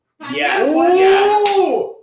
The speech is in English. Yes